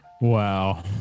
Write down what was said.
Wow